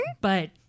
But-